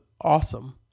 awesome